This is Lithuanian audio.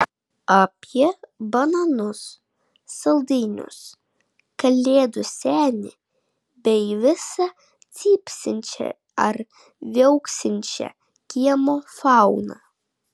apie bananus saldainius kalėdų senį bei visą cypsinčią ar viauksinčią kiemo fauną